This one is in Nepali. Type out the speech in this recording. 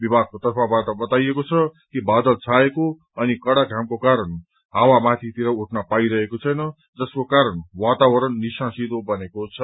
विभागको तर्फबाट बताइएको छ कि बादल छाएको अनि कड़ा घामको कारण हावा माथितिर उठ्न पाइरहेको छैन जसको कारण वातावरण निस्सासिन्दो बनेको छ